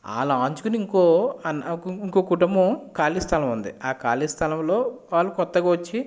వాళ్ళని ఆన్చుకుని ఇంకో ఇంకో కుటుంబం ఖాళీ స్థలం ఉంది ఆ ఖాళీ స్థలంలో వాళ్ళు కొత్తగా వచ్చి